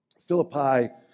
Philippi